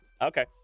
okay